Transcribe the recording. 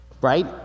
right